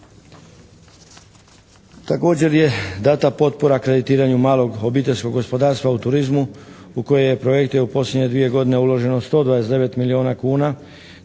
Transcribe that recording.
Također je dana potpora kreditiranju malog obiteljskog gospodarstva u turizmu u koje je projekte u posljednje 2 godine uloženo 129 milijuna kuna